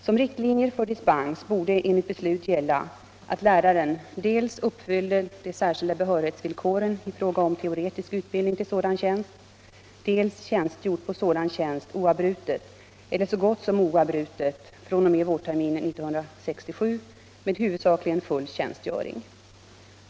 Som riktlinjer för dispens borde enligt beslutet gälla att läraren dels uppfyllde de särskilda behörighetsvillkoren i fråga om teoretisk utbildning till sådan tjänst, dels tjänstgjort på sådan tjänst oavbrutet eller så gott som oavbrutet fr.o.m. vårterminen 1967 med huvudsakligen full tjänstgöring.